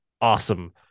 awesome